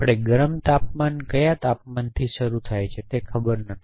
આપણે ગરમ તાપમાન કયા તાપમાનથી શરૂ થાય છે તે ખબર નથી